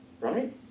Right